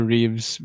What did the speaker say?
Reeves